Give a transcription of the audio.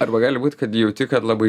arba gali būt kad jauti kad labai